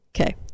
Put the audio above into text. Okay